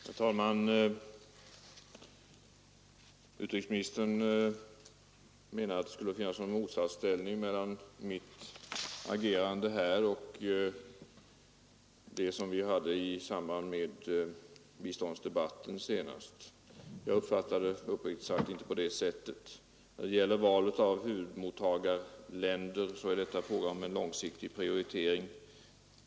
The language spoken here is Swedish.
Herr talman! Utrikesministern menar att det skulle finnas något motsatsförhållande mellan mitt agerande här och vårt ställningstagande i samband med biståndsdebatten senast. Jag uppfattar uppriktigt sagt inte frågan på det sättet. Valet av huvudmottagarländer är en fråga om en långsiktig prioritering.